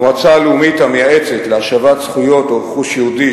המועצה הלאומית המייעצת להשבת זכויות ורכוש יהודי,